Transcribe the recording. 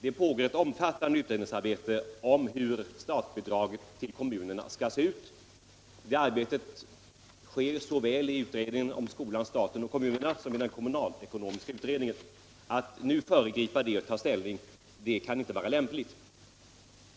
Det pågår ett omfattande utredningsarbete om hur statsbidraget till kommunerna skall se ut. Detta arbete bedrivs såväl inom utredningen om skolan, staten och kommunerna, som inom den kommunalekonomiska utredningen. Att nu föregripa detta arbete kan inte vara lämpligt.